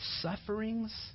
sufferings